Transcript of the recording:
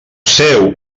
seu